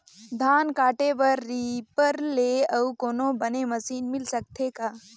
धान काटे बर रीपर ले अउ कोनो बने मशीन मिल सकथे का?